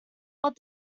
but